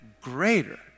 greater